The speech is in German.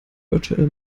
virtual